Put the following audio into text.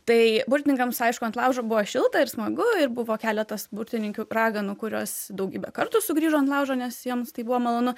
tai burtininkams aišku ant laužo buvo šilta ir smagu ir buvo keletas burtininkių raganų kurios daugybę kartų sugrįžo ant laužo nes joms tai buvo malonu